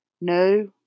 No